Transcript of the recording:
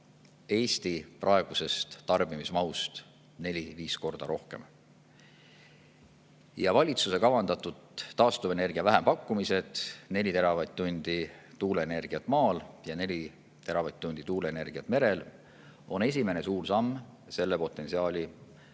Eesti praegusest tarbimismahust 4–5 korda rohkem. Valitsuse kavandatud taastuvenergia vähempakkumised – 4 teravatt-tundi tuuleenergiat maal ja 4 teravatt-tundi tuuleenergiat merel – on esimene suur samm selle potentsiaali